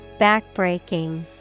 Backbreaking